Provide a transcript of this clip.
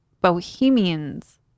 Bohemians